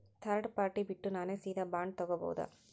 Third party ಬಿಟ್ಟು ನಾನೇ ಸೀದಾ ಬಾಂಡ್ ತೋಗೊಭೌದಾ?